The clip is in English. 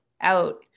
out